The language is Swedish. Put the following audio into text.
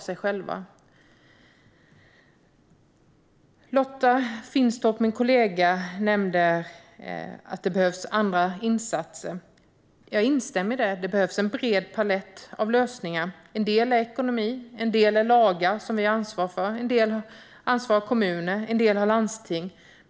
Min kollega Lotta Finstorp nämnde att det behövs andra insatser. Jag instämmer i det; det behövs en bred palett av lösningar. En del gäller ekonomi, och en del gäller lagar - som vi har ansvar för. Kommuner har en del ansvar, och landsting har en del ansvar.